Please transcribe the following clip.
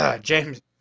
James